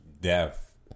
death